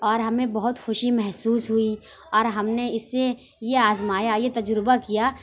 اور ہمیں بہت خوشی محسوس ہوئی اور ہم نے اس سے یہ آزمایا یہ تجربہ کیا